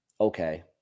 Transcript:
okay